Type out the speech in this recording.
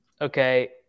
Okay